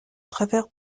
travers